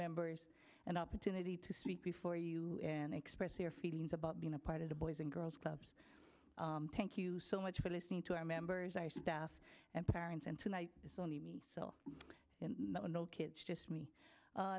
members an opportunity to speak before you and express your feelings about being a part of the boys and girls clubs thank you so much for listening to our members i staff and parents and tonight it's only me so no no kids just me